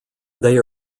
they